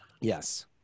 Yes